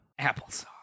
Applesauce